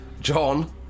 John